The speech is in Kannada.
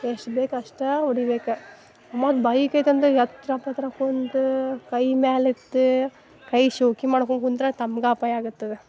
ಎಷ್ಟು ಬೇಕು ಅಷ್ಟು ಹೊಡಿಬೇಕು ಮತ್ತು ಬೈಕೈತಂದ್ರೆ ಎತ್ರ ಪತ್ರ ಕುಂತು ಕೈ ಮ್ಯಾಲೆತ್ತಿ ಕೈ ಶೋಕಿ ಮಾಡ್ಕೊಂತ ಕುಂತ್ರೆ ನಮ್ಗೆ ಅಪಾಯ ಆಗುತ್ತೆ ಅದು